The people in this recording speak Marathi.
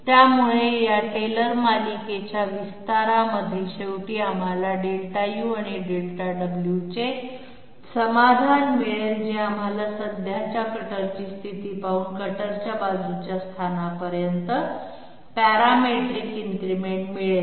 त्यामुळे या टेलर मालिकेच्या विस्तारामध्ये शेवटी आम्हाला Δu आणि Δw चे समाधान मिळेल जे आम्हाला सध्याच्या कटरची स्थिती पासून कटरच्या बाजूच्या स्थानापर्यंत पॅरामेट्रिक इन्क्रिमेंट मिळेल